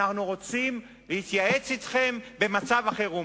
אנחנו רוצים להתייעץ אתכם במצב החירום?